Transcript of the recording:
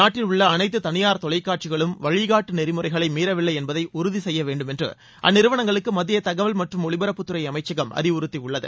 நாடடில் உள்ள அனைத்து தளியார் தொலைக்காட்சிகளும் வழிகாட்டி நெறிமுறைகளை மீறவில்லை என்பதை உறுதி செய்ய வேண்டும் என்று அந்நிறுவனங்களுக்கு மத்திய தகவல் மற்றும் ஒலிபரப்புத்துறை அமைச்சகம் அறிவுறுத்தியுள்ளது